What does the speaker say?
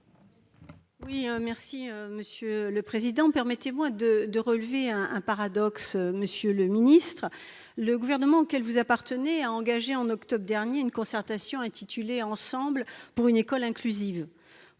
Laurence Cohen, sur l'article. Permettez-moi de relever un paradoxe, monsieur le ministre. Le gouvernement auquel vous appartenez a engagé, en octobre dernier, une concertation intitulée « Ensemble pour une école inclusive ».